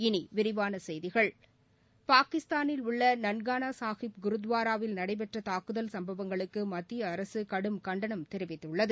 இனி விரிவான செய்திகள் பாகிஸ்தானில் உள்ள நன்கானா சாஹிப் குருத்வாராவில் நடைபெற்ற தாக்குதல் சம்பவங்களுக்கு மத்திய அரசு கடும் கண்டனம் தெரிவித்துள்ளது